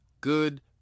good